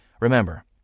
Remember